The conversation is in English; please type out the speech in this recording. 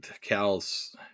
Cal's